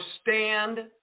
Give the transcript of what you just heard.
stand